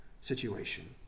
situation